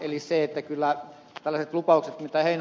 eli kyllä tällaiset lupaukset mitä ed